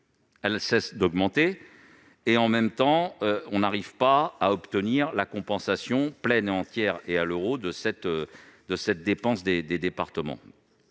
ne cessent d'augmenter, et l'on n'arrive pas à obtenir la compensation pleine et entière à l'euro près de cette dépense des départements.